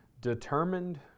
determined